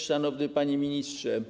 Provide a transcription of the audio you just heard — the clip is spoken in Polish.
Szanowny Panie Ministrze!